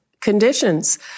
Conditions